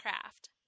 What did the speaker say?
craft